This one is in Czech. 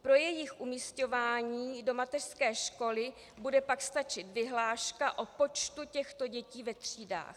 Pro jejich umisťování do mateřské školy bude pak stačit vyhláška o počtu těchto dětí ve třídách.